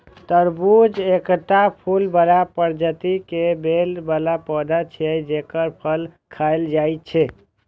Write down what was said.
तरबूज एकटा फूल बला प्रजाति के बेल बला पौधा छियै, जेकर फल खायल जाइ छै